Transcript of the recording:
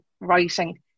writing